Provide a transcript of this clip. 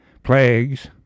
plagues